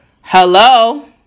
Hello